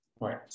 Right